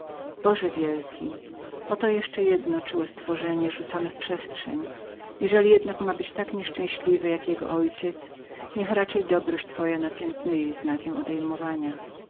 boże wielki o to jeszcze jedno czułe stworzenie rzucone w przestrzeń jeżeli jednak ma być tak nieszczęśliwem jak jego ojciec niech raczej dobroć twoja napiętnuje go znakiem odejmowania